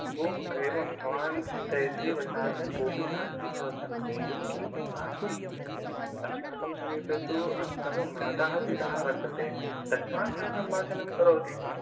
भो एवं भवान् चिन्तयति वदनार्थं कोऽपि नास्ति भवत्समीपे एवं किमपि नास्ति अस्माकं समीपे तु अस्माकं माता पिता वर्तेते तस्मात् सह स्म्भाषणं करोतु